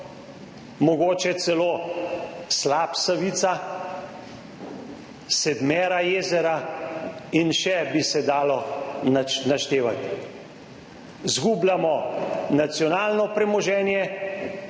mogoče celo slap Savica, sedmera jezera, in še bi se dalo naštevati? Izgubljamo nacionalno premoženje